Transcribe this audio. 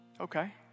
Okay